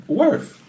worth